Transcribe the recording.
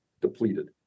depleted